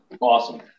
Awesome